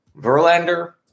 Verlander